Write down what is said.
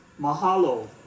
Mahalo